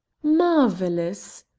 marvellous!